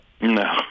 No